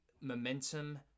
momentum